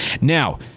Now